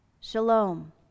shalom